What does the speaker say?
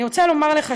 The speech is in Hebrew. אני רוצה לומר לך